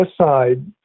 aside